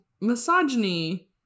misogyny